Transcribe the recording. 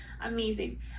Amazing